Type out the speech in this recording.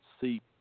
see